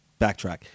backtrack